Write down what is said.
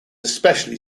especially